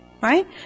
Right